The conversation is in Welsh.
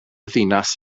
ddinas